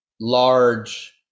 large